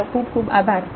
તમારો ખુબ ખુબ આભાર